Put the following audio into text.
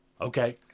Okay